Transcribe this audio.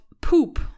poop